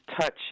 touch